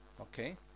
Okay